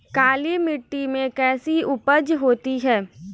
काली मिट्टी में कैसी उपज होती है?